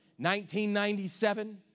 1997